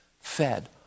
fed